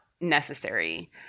necessary